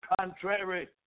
Contrary